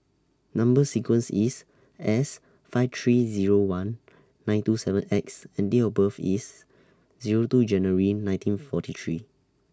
Number sequence IS S five three Zero one nine two seven X and Date of birth IS Zero two January nineteen forty three